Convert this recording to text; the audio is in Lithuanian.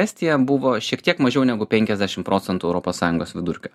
estija buvo šiek tiek mažiau negu penkiasdešimt procentų europos sąjungos vidurkio